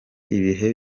ibihe